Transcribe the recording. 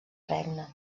regne